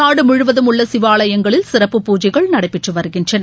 நாடு முழுவதும் உள்ள சிவாலயங்களில் சிறப்பு பூஜைகள் நடைபெற்று வருகின்றன